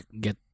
get